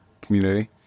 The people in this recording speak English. community